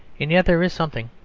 and yet there is something,